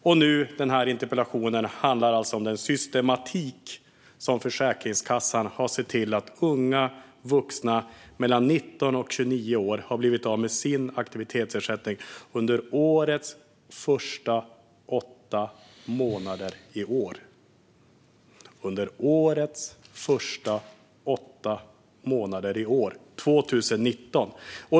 Och denna interpellation handlar alltså om den systematik med vilken Försäkringskassan har sett till att unga vuxna mellan 19 och 29 år har blivit av med sin aktivitetsersättning under 2019 års första åtta månader.